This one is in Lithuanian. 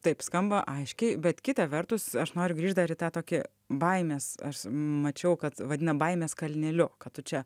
taip skamba aiškiai bet kita vertus aš noriu dar į tą tokį baimės aš mačiau kad vadina baimės kalneliu kad tu čia